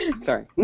Sorry